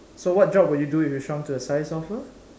so what job would you do if you shrunk to the size of a